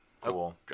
Cool